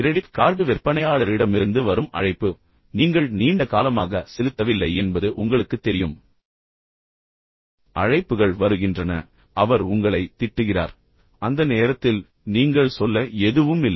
credit card விற்பனையாளரிடமிருந்து வரும் அழைப்பு பின்னர் சில நேரங்களில் நீங்கள் நீண்ட காலமாக செலுத்தவில்லை என்பது உங்களுக்குத் தெரியும் பின்னர் அழைப்புகள் வருகின்றன பின்னர் அவர் உங்களை திட்டுகிறார் பின்னர் அந்த நேரத்தில் நீங்கள் சொல்ல எதுவும் இல்லை